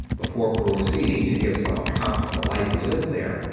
before proceeding to give some account of the life we lived there,